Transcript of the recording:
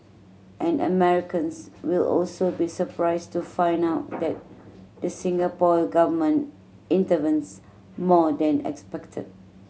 and Americans will also be surprised to find out that the Singapore Government intervenes more than expected